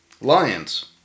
Lions